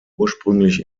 ursprünglich